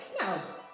no